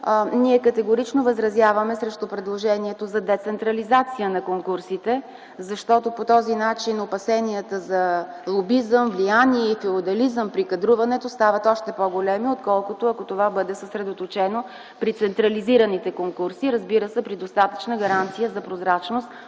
Ние категорично възразяваме срещу предложението за децентрализация на конкурсите, защото по този начин опасенията за лобизъм, влияние и феодализъм при кадруването стават още по-големи, отколкото ако това бъде съсредоточено при централизираните конкурси, разбира се при достатъчна гаранция за прозрачност,